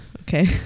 Okay